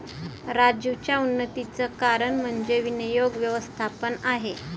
राजीवच्या उन्नतीचं कारण म्हणजे विनियोग व्यवस्थापन आहे